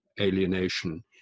alienation